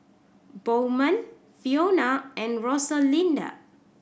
Bowman Fiona and Rosalinda